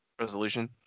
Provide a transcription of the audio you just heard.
resolution